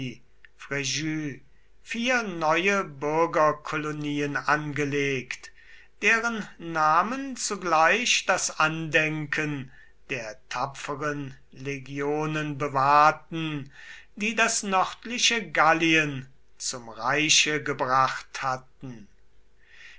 neue bürgerkolonien angelegt deren namen zugleich das andenken der tapferen legionen bewahrten die das nördliche gallien zum reiche gebracht hatten